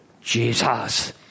Jesus